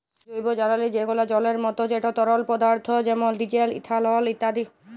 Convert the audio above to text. জৈবজালালী যেগলা জলের মত যেট তরল পদাথ্থ যেমল ডিজেল, ইথালল ইত্যাদি